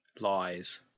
Lies